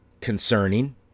Concerning